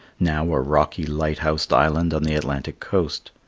now a rocky light-housed island on the atlantic coast.